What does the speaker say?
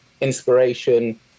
inspiration